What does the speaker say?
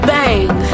Bang